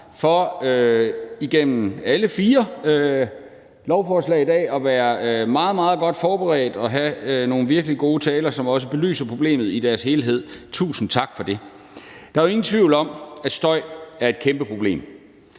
for igennem alle fire lovforslag i dag at være meget, meget godt forberedt og have holdt nogle virkelig gode taler, som også i deres helhed belyser problemet. Tusind tak for det. Der er jo ingen tvivl om, at støj er et kæmpe problem.